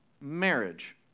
marriage